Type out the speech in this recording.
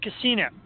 Casino